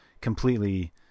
completely